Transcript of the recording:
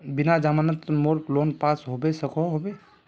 बिना जमानत मोर लोन पास होबे सकोहो होबे?